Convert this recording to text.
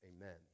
Amen